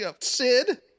Sid